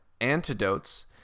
Antidotes